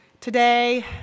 Today